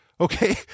Okay